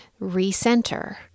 recenter